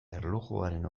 erlojuaren